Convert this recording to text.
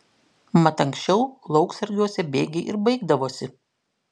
mat anksčiau lauksargiuose bėgiai ir baigdavosi